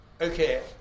Okay